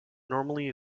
normally